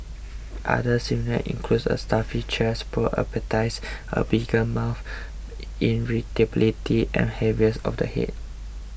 other symptoms includes a stuffy chest poor appetites a bitter mouth irritability and heaviness of the head